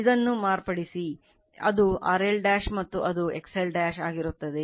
ಇದನ್ನು ಮಾರ್ಪಡಿಸಿದೆ ಅದು RLಮತ್ತು ಅದು XL ಆಗಿರುತ್ತದೆ